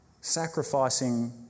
Sacrificing